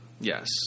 Yes